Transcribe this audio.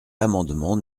l’amendement